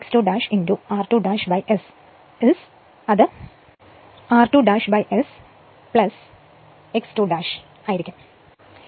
അതിനാൽ ഈ x 2 r2 S is r2 S the x 2 ആണ്